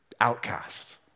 Outcast